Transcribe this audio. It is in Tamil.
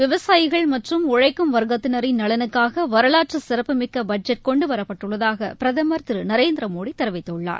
விவசாயிகள் மற்றும் உழைக்கும் வர்க்கத்தினரின் நலனுக்காக வரலாற்று சிறப்புமிக்க பட்ஜெட் கொண்டுவரப்பட்டுள்ளதாக பிரதமர் திரு நரேந்திர மோடி தெரிவித்துள்ளார்